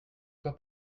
toi